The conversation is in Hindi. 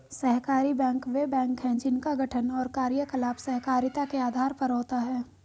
सहकारी बैंक वे बैंक हैं जिनका गठन और कार्यकलाप सहकारिता के आधार पर होता है